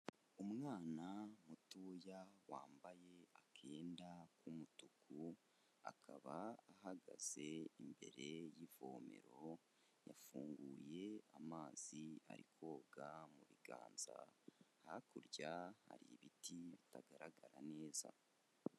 Umwana mutoya wambaye akenda k'umutuku akaba ahagaze imbere y'ivomero, yafunguye amazi ari koga mu biganza, hakurya hari ibiti bitagaragara neza.